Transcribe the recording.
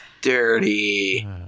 dirty